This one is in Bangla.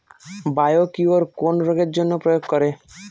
বায়োকিওর কোন রোগেরজন্য প্রয়োগ করে?